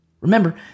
Remember